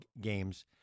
games